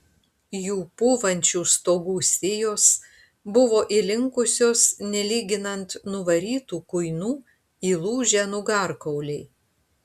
jų pūvančių stogų sijos buvo įlinkusios nelyginant nuvarytų kuinų įlūžę nugarkauliai